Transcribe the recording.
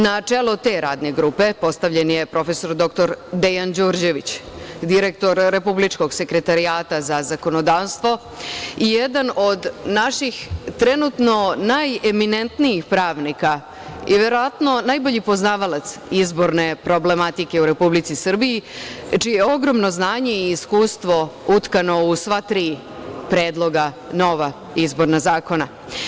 Na čelu te Radne grupe postavljen je prof. dr Dejan Đurđević, direktor Republičkog sekretarijata za zakonodavstvo i jedan od naših trenutno najeminentnijih pravnika i verovatno najbolji poznavalac izborne problematike u Republici Srbiji, čije je ogromno znanje i iskustvo utkano u sva tri predloga nova izborna zakona.